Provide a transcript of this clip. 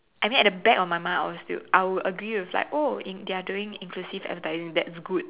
and then at the back of my mind I was still I would agree with like oh if they're doing inclusive advertising that's good